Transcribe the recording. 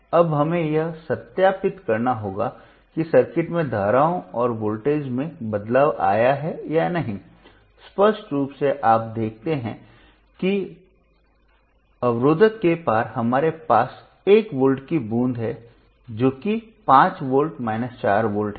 अब हमें यह सत्यापित करना होगा कि सर्किट में धाराओं और वोल्टेज में बदलाव आया है या नहीं स्पष्ट रूप से आप देखते हैं कि रोकनेवाला के पार हमारे पास 1 वोल्ट की बूंद है जो कि 5 वोल्ट 4 वोल्ट है